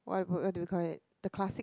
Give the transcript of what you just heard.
what what do you call it the classic